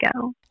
go